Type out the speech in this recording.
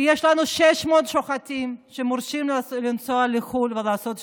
יש לנו 600 שוחטים שמורשים לנסוע לחו"ל ולעשות שחיטה,